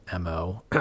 Mo